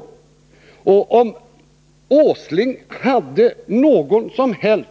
Om industriminister Åsling hade någon som helst